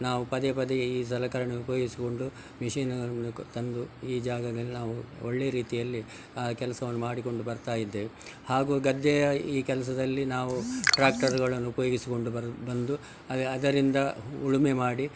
ನಾವು ಪದೇ ಪದೇ ಈ ಸಲಕರಣೆ ಉಪಯೋಗಿಸಿಕೊಂಡು ಮಿಷೀನ್ ಮೂಲಕ ತಂದು ಈ ಜಾಗದಲ್ಲಿ ನಾವು ಒಳ್ಳೆಯ ರೀತಿಯಲ್ಲಿ ಆ ಕೆಲ್ಸವನ್ನು ಮಾಡಿಕೊಂಡು ಬರ್ತಾ ಇದ್ದೇವೆ ಹಾಗೂ ಗದ್ದೆಯ ಈ ಕೆಲಸದಲ್ಲಿ ನಾವು ಟ್ರ್ಯಾಕ್ಟರ್ಗಳನ್ನು ಉಪಯೋಗಿಸಿಕೊಂಡು ಬರು ಬಂದು ಅದು ಅದರಿಂದ ಉಳುಮೆ ಮಾಡಿ